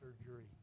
surgery